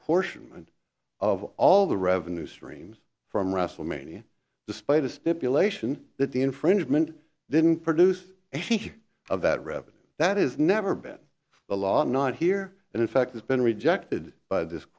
portion of all the revenue streams from wrestle mania despite a stipulation that the infringement didn't produce any of that revenue that is never been a lot not here and in fact has been rejected by this